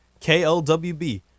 KLWB